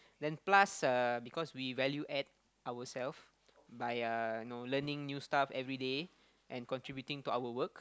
then plus uh because we value add ourselves by uh you know learning new stuff everyday and contributing to our work